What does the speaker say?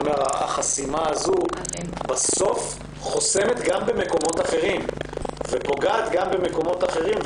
החסימה הזו בסוף חוסמת גם במקומות אחרים ופוגעת גם במקומות אחרים.